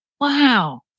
Wow